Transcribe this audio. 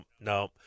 no